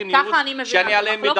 ככה אני מבינה את זה.